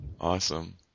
Awesome